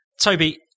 Toby